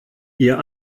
ihr